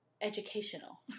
educational